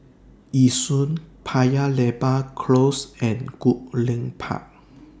Yishun Paya Lebar Close and Goodlink Park